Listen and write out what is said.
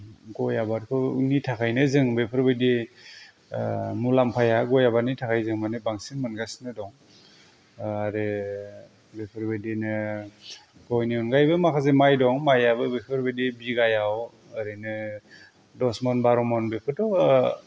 गय आबादनि थाखायनो जों बेफोरबायदि मुलाम्फाया गय आबादनि थाखायनो जों बांसिन मोनगासिनो दं आरो बेफोरबायदिनो गयनि अनगायैबो माखासे माइ दं माइआबो बेफोरबायदि बिगायाव ओरैनो दस मन बार' मन बेखौथ'